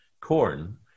corn